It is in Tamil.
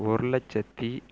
ஒரு லட்சத்தி